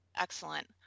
Excellent